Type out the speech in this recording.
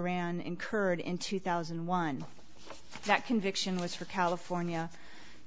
rahn incurred in two thousand and one that conviction was for california